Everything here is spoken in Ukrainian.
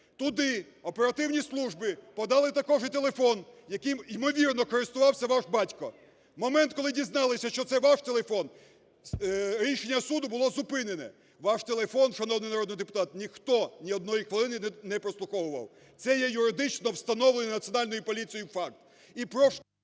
Туди оперативні служби подали також і телефон, яким, ймовірно, користувався ваш батько. В момент, коли дізналися, що це ваш телефон, рішення суду було зупинене. Ваш телефон, шановний народний депутат, ніхто ні одної хвилини не прослуховував. Це є юридично встановлений Національною поліцією факт.